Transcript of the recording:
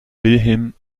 wilhelm